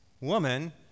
Woman